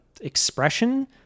expression